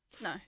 No